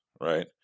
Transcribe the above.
right